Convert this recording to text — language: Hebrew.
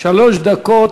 שלוש דקות.